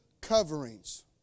coverings